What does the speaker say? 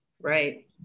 Right